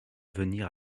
venir